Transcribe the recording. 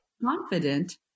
confident